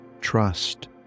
Trust